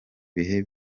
bihe